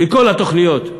בכל התוכניות,